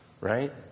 Right